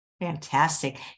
Fantastic